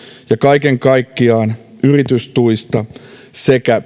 ja kaiken kaikkiaan yritystuista sekä